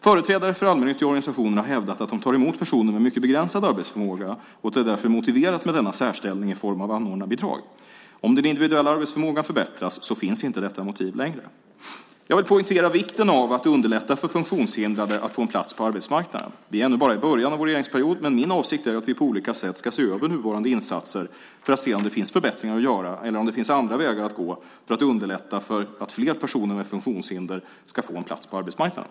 Företrädare för allmännyttiga organisationer har hävdat att de tar emot personer med mycket begränsad arbetsförmåga och att det därför är motiverat med denna särställning i form av anordnarbidrag. Om den individuella arbetsförmågan förbättras så finns inte detta motiv längre. Jag vill poängtera vikten av att underlätta för funktionshindrade att få en plats på arbetsmarknaden. Vi är ännu bara i början av vår regeringsperiod men min avsikt är att vi på olika sätt ska se över nuvarande insatser för att se om det finns förbättringar att göra eller om det finns andra vägar att gå för att underlätta för att fler personer med funktionshinder ska få en plats på arbetsmarknaden.